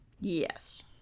Yes